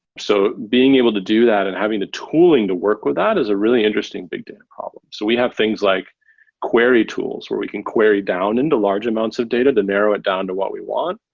so being able to do that and having the tooling to work with that is a really interesting big data problem. so we have things like query tools where we can query down into large amounts of data to narrow it down to what we want,